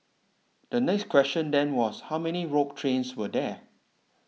the next question then was how many rogue trains were there